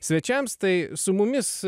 svečiams tai su mumis